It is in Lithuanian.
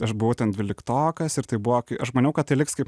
aš buvau ten dvyliktokas ir tai buvo kai aš maniau kad tai liks kaip